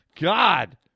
God